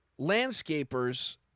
landscapers